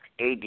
AD